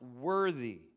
worthy